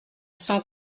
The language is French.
cent